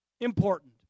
Important